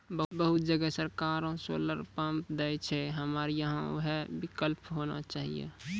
बहुत जगह सरकारे सोलर पम्प देय छैय, हमरा यहाँ उहो विकल्प होना चाहिए?